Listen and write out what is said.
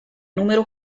numero